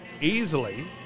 easily